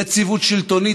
יציבות שלטונית,